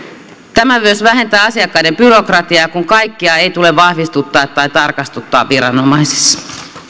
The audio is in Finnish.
tämä myös vähentää asiakkaiden byrokratiaa kun kaikkea ei tule vahvistuttaa tai tarkastuttaa viranomaisissa